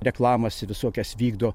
reklamas visokias vykdo